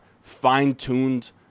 fine-tuned